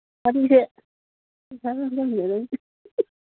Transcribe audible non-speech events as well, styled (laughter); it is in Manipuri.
ꯋꯥꯔꯤꯁꯦ (unintelligible)